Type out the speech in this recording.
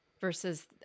versus